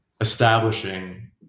establishing